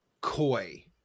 coy